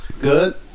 Good